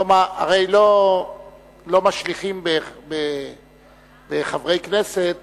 הרי לא משליכים בחברי כנסת